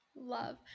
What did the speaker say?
Love